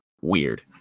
weird